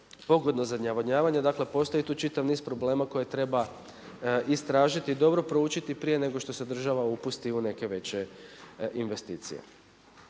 pogodno za navodnjavanje. Dakle postoji tu čitav niz problema koje treba istražiti i dobro proučiti prije nego što se država upusti u neke veće investicije.